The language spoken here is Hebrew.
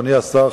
אדוני השר,